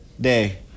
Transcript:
Day